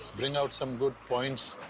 bring out some good points,